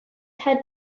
had